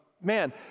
man